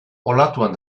olatuan